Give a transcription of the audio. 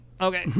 Okay